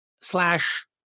slash